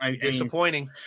disappointing